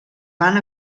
van